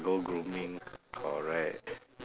go grooming correct